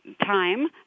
time